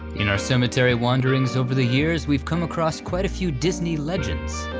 in our cemetery wanderings over the years we've come across quite a few disney legends,